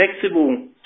flexible